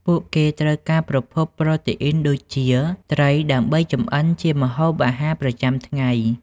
ពួកគេត្រូវការប្រភពប្រូតេអ៊ីនដូចជាត្រីដើម្បីចម្អិនជាម្ហូបអាហារប្រចាំថ្ងៃ។